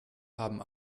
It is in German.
haben